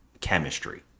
chemistry